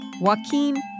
Joaquin